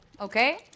Okay